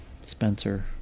Spencer